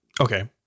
Okay